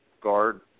guard